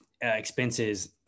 expenses